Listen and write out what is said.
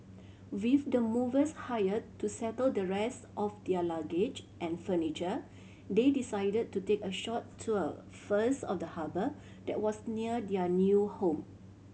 with the movers hired to settle the rest of their luggage and furniture they decided to take a short tour first of the harbour that was near their new home